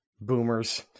Boomers